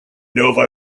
nova